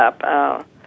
up